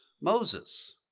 Moses